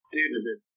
Dude